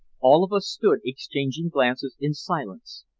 all of us stood exchanging glances in silence,